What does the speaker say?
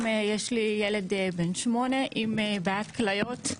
יש לי ילד בן שמונה עם בעיית כליות,